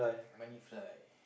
money fly